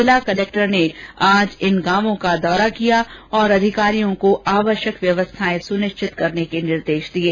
जिला कलेक्टर ने आज इन गांवों का दौरा किया और अधिकारियों को आवश्यक व्यवस्थाएं सुनिश्चित करने के निर्देश दिये